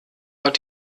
hat